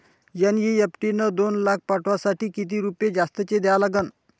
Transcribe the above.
NEFT न दोन लाख पाठवासाठी किती रुपये जास्तचे द्या लागन?